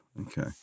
Okay